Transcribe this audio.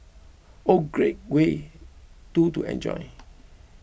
one great way two to enjoy